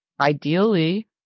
ideally